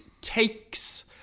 takes